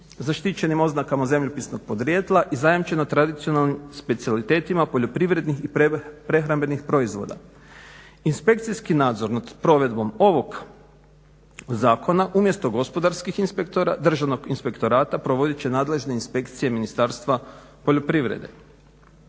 zaštićenim oznakama zemljopisnog podrijetla i zajamčeno tradicionalnim specijalitetima poljoprivrednih i prehrambenih proizvoda. Inspekcijski nadzor nad provedbom ovog zakona umjesto gospodarskih inspektora Državnog inspektorata provodit će nadležne inspekcije Ministarstva poljoprivrede.